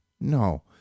no